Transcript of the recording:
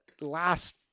last